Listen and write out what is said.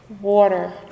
water